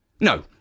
No